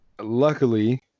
luckily